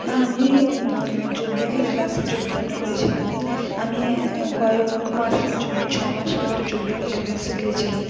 আমি যোগ ব্যায়ামের ক্লাসে যোগদান করেছিলাম আমি কয়েক মাসের জন্য ছ মাসের একটা যোগ ব্যায়াম ক্লাসে গিয়েছিলাম